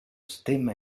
stemma